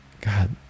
God